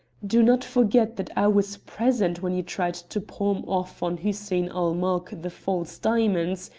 do not forget that i was present when you tried to palm off on hussein-ul-mulk the false diamonds,